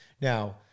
Now